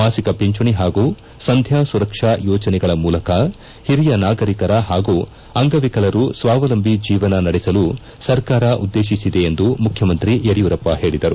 ಮಾಸಿಕ ಪಿಂಜಣಿ ಪಾಗೂ ಸಂಧ್ಯಾ ಸುರಕ್ಷಾ ಯೋಜನೆಗಳ ಮೂಲಕ ಓರಿಯ ನಾಗರಿಕರ ಪಾಗೂ ಅಂಗವಿಕಲರು ಸ್ವಾವಲಂಭಿ ಜೀವನ ನಡೆಸಲು ಸರ್ಕಾರ ಉದ್ದೇಪಿಸಿದೆ ಎಂದು ಮುಖ್ಯಮಂತ್ರಿ ಯಡಿಯೂರಪ್ಪ ಹೇಳದರು